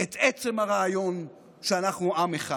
את עצם הרעיון שאנחנו עם אחד,